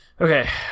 Okay